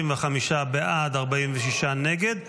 55 בעד, 46 נגד.